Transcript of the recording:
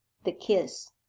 the kiss,